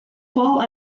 fall